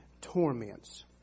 torments